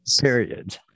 period